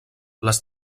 les